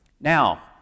Now